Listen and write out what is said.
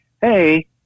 Hey